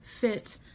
fit